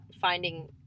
finding